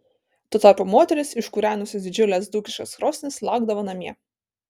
tuo tarpu moterys iškūrenusios didžiules dzūkiškas krosnis laukdavo namie